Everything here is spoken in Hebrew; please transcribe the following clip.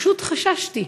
ופשוט חששתי.